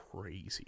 crazy